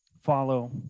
follow